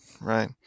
Right